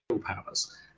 powers